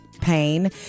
pain